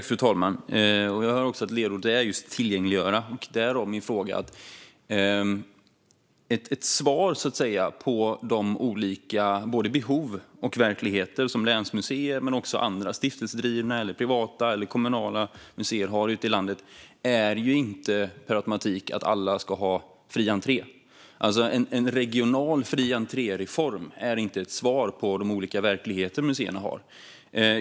Fru talman! Jag har också ett ledord, och det är just tillgängliggöra - därav min fråga. Ett svar på de olika behov och verkligheter som länsmuseer och andra stiftelsedrivna eller privata eller kommunala museer ute i landet har är inte per automatik fri entré. En regional fri entré-reform är inte ett svar på de olika verkligheter museerna har.